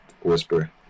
Whisper